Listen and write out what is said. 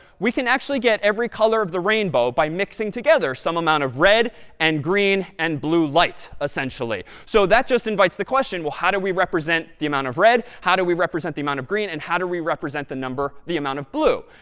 we can actually get every color of the rainbow by mixing together some amount of red and green and blue light, essentially. so that just invites the question, well, how do we represent the amount of red, how do we represent the amount of green and how do we represent the amount of blue?